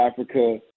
Africa